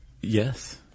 Yes